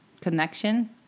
connection